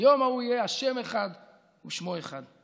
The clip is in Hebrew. ביום ההוא יהיה ה' אחד ושמו אחד".